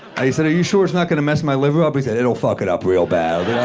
i said, are you sure it's not gonna mess my liver up? he said, it'll it up real bad. yeah